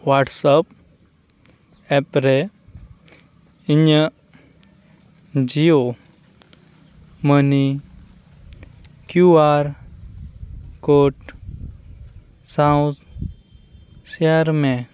WhatsApp app ᱨᱮ ᱤᱧᱟᱹᱜ Jio money Q R code ᱥᱟᱶ ᱥᱮᱭᱟᱨᱢᱮ